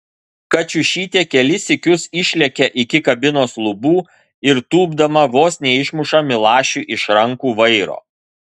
kačiušytė kelis sykius išlekia iki kabinos lubų ir tūpdama vos neišmuša milašiui iš rankų vairo